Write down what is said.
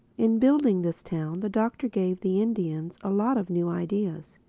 in building this town the doctor gave the indians a lot of new ideas.